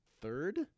third